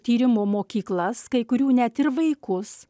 tyrimo mokyklas kai kurių net ir vaikus